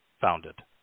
founded